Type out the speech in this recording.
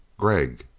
gregg!